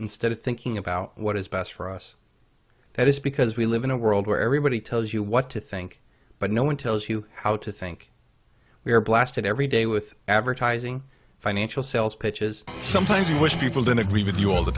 instead of thinking about what is best for us that is because we live in a world where everybody tells you what to think but no one tells you how to think we are blasted every day with advertising financial sales pitches sometimes you wish people didn't agree with you all the